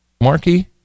Markey